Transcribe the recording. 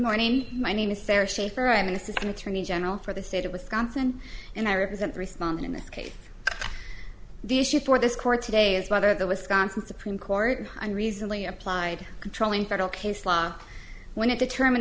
money my name is sarah schaefer i'm an assistant attorney general for the state of wisconsin and i represent respond in this case the issue for this court today is whether the wisconsin supreme court and reasonably applied control in federal case law when it determined